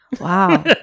wow